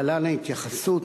להלן ההתייחסות